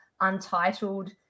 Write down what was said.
untitled